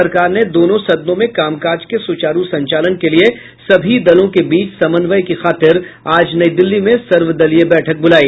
सरकार ने दोनों सदनों में कामकाज के सूचारु संचालन के लिए सभी दलों के बीच समन्वय की खातिर आज नई दिल्ली में सर्वदलीय बैठक बुलाई